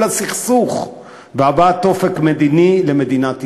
הסכסוך והבאת אופק מדיני למדינת ישראל.